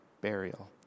burial